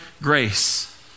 grace